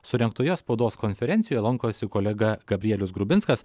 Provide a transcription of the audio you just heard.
surengtoje spaudos konferencijoj lankosi kolega gabrielius grubinskas